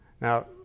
Now